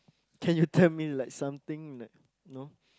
can you tell me like something like know